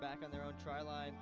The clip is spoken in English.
back on their own try li